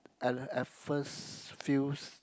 at at first feels